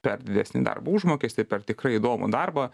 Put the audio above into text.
per didesnį darbo užmokestį per tikrai įdomų darbą